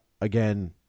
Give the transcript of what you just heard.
Again